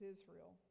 Israel